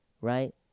right